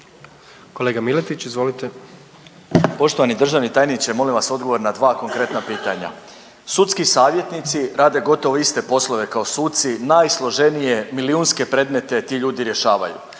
**Miletić, Marin (MOST)** Poštovani državni tajniče, molim vas odgovor na dva konkretna pitanja. Sudski savjetnici rade gotovo iste poslove kao suci, najsloženije milijunske predmete ti ljudi rješavaju,